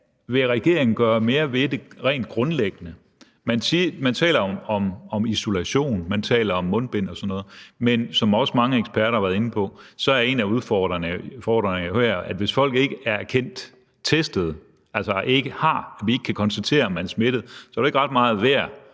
mere regeringen rent grundlæggende vil gøre ved det. Man taler om isolation, man taler om mundbind og sådan noget, men som også mange eksperter har været inde på, er en af udfordringerne jo med det her, at hvis folk ikke er erkendt testede, altså, at vi ikke kan konstatere, om de er smittet, er det jo ikke ret meget værd,